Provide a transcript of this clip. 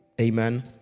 Amen